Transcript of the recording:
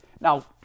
Now